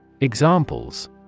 Examples